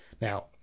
now